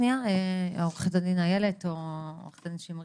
עו"ד איילת או עו"ד שימרית.